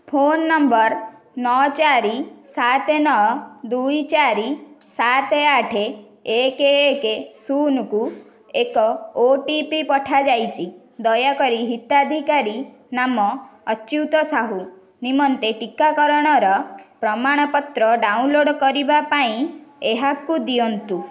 phone number ନଅ ଚାରି ସାତ ନଅ ଦୁଇ ଚାରି ସାତ ଆଠ ଏକ୍ ଏକ୍ ଶୂନକୁ ଏକ ଓ ଟି ପି ପଠାଯାଇଛି ଦୟାକରି ହିତାଧିକାରୀ ନାମ ଅଚ୍ୟୁତ ସାହୁ ନିମନ୍ତେ ଟିକାକରଣର ପ୍ରମାଣପତ୍ର ଡାଉନଲୋଡ଼୍ କରିବା ପାଇଁ ଏହାକୁ ଦିଅନ୍ତୁ